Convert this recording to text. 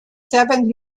seven